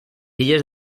illes